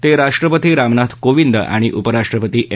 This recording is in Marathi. ते राष्ट्रपती रामनाथ कोविंद आणि उपराष्ट्रपती एम